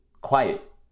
quiet